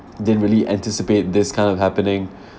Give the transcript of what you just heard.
didn't really anticipate this kind of happening